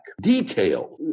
detail